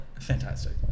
fantastic